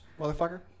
motherfucker